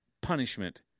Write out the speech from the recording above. punishment